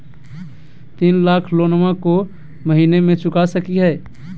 तीन लाख लोनमा को महीना मे चुका सकी हय?